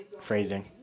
Phrasing